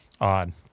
odd